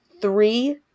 three